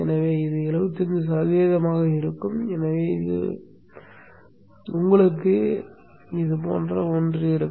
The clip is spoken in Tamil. எனவே இது 75 சதவீதமாக இருக்கும் எனவே உங்களுக்கு இது போன்ற ஒன்று இருக்கும்